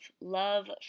love